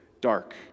dark